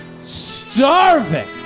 starving